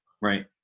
right